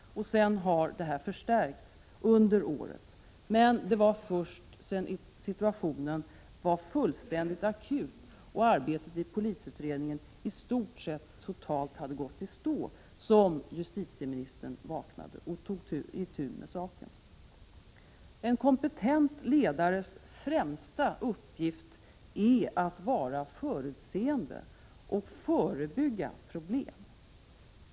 Sedan har denna känsla förstärkts under året, men det var först sedan situationen blev akut och arbetet i polisutredningen i stort sett hade gått i stå totalt som justitieministern vaknade och tog itu med saken. En kompetent ledares främsta uppgift är att vara förutseende och förebygga problem.